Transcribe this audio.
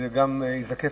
זה גם ייזקף